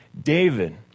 David